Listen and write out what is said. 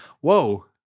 Whoa